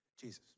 Jesus